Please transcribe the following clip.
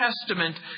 Testament